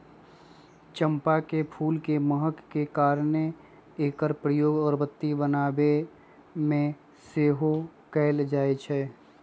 चंपा के फूल के महक के कारणे एकर प्रयोग अगरबत्ती बनाबे में सेहो कएल जाइ छइ